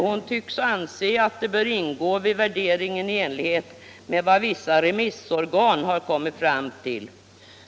Hon tycks anse att detta bör beaktas vid värderingen i enlighet med den uppfattning som vissa remissorgan har kommit fram till.